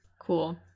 Cool